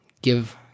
give